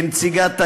כנציגת היושב-ראש?